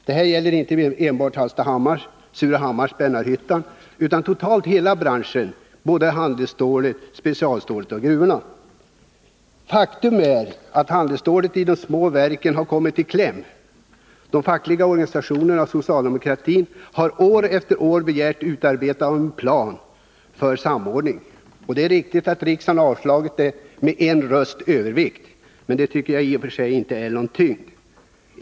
Det gäller inte enbart Hallstahammar, Surahammar och Spännarhyttan, utan totalt hela branschen, såväl handelsstålet som specialstålet och gruvorna. Faktum är att handelsstålet i de små verken har kommit i kläm. De fackliga organisationerna och socialdemokratin har år efter år begärt utarbetande av en plan för samordning. Det är riktigt att riksdagen har avslagit denna begäran med en rösts övervikt, men det tycker jag inte har någon tyngd.